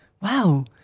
Wow